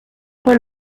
paul